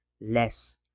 less